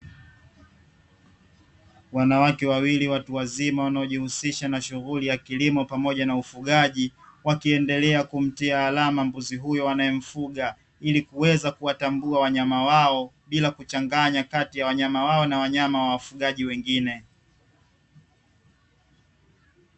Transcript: Wanawake wawili watu wazima wanaojihusisha na shughuli ya kilimo pamoja na ufugaji, wakiendelea kumtia alama mbuzi huyo wanaomfuga ili kuweza kuwatambua wanyama wao bila kuchanganya kati ya wanyama wao na wanyama wa wafugaji wengine.